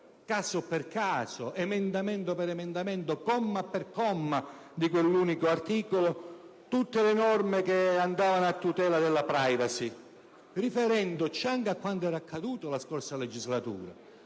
caso per caso, emendamento per emendamento, comma per comma, tutti i passaggi di quell'unico articolo, tutte le norme a tutela della *privacy*,riferendoci anche a quanto era accaduto nella scorsa legislatura,